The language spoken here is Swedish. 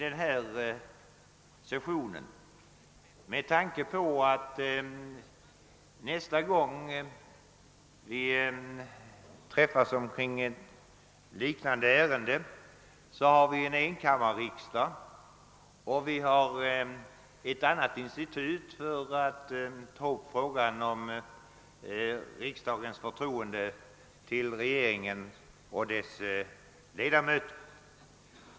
Detta borde kanske ske med tanke på att vi nästa gång vi träffas för att behandla liknande ärende har enkammarriksdag och. ett annat institut för att ta upp frågan. om riksdagens förtroende för regeringen och dess ledamöter.